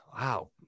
Wow